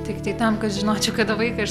tiktai tam kad žinočiau kada vaiką iš